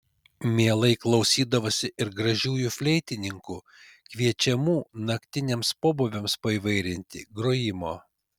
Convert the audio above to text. mielai klausydavosi ir gražiųjų fleitininkų kviečiamų naktiniams pobūviams paįvairinti grojimo